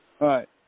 Right